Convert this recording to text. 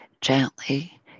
gently